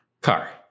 Car